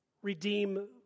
redeem